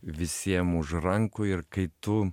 visiem už rankų ir kai tu